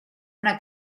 una